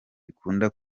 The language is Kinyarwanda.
bikunda